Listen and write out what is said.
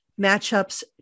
matchups